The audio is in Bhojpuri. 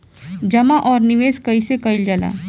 जमा और निवेश कइसे कइल जाला?